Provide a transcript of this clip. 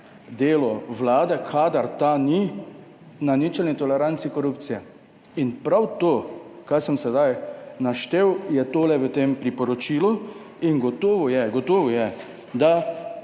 delo Vlade, kadar ta ni na ničelni toleranci korupcije. In prav to, kar sem sedaj naštel je tole v tem priporočilu, in gotovo je, gotovo je, da